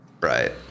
Right